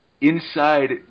Inside